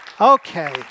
Okay